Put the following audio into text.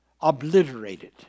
obliterated